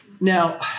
now